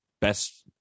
Best